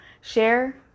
share